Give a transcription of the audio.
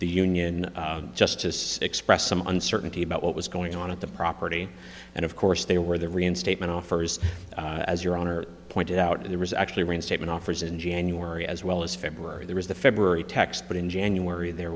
the union justice expressed some uncertainty about what was going on at the property and of course they were the reinstatement offers as your honor pointed out and there was actually reinstatement offers in january as well as february there was the february text but in january there